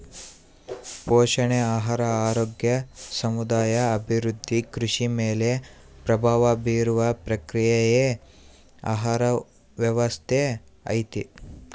ಪೋಷಣೆ ಆಹಾರ ಆರೋಗ್ಯ ಸಮುದಾಯ ಅಭಿವೃದ್ಧಿ ಕೃಷಿ ಮೇಲೆ ಪ್ರಭಾವ ಬೀರುವ ಪ್ರಕ್ರಿಯೆಯೇ ಆಹಾರ ವ್ಯವಸ್ಥೆ ಐತಿ